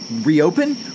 reopen